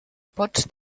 pots